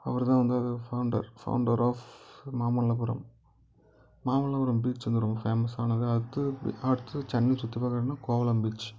அவர் தான் வந்து அது founder founder of Mamallapuram Mamallapuram beach வந்து ரோம் ஃபேமஸ்ஸானது அது அடுத்து சென்னை சுற்றி பார்க்குறதுனா கோவலம் பீச்